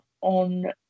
on